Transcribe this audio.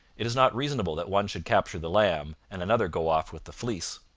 it is not reasonable that one should capture the lamb and another go off with the fleece.